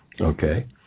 Okay